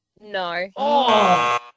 No